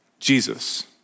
Jesus